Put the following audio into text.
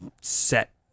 set